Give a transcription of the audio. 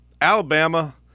Alabama